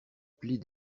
plis